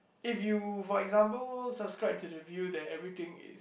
if you for example subscribe to the view that everything is